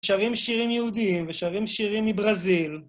שרים שירים יהודיים ושרים שירים מברזיל.